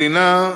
והמדינה,